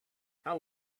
how